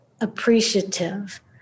appreciative